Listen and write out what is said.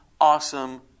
awesome